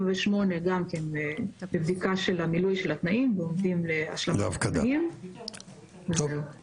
7 ו-8 גם כן בבדיקה של המילוי של התנאים ועומדים להשלמת תנאים תודה רבה.